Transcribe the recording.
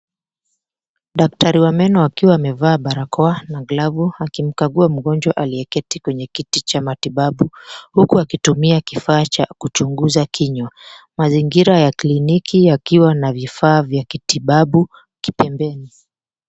Daktari wa meno akiwa amevaa barakoa na glavu, akimkagua mgonjwa aliyeketi kwenye kiti cha matibabu huku akitumia kifaa cha kuchunguza kinywa. Mazingira ya (cs)kliniki(cs) yakiwa na vifaa vya kitibabu kipembeni.